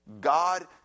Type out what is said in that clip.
God